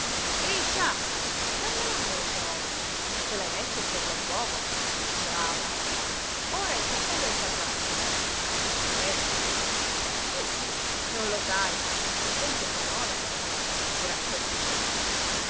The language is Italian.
sgriscia dammelo a me il brodo ce l'hai messo il torlo d'uovo brava ora il cappello e il tabarro esce eh sí non lo sai i sento benone adesso grazie a dio